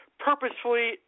Purposefully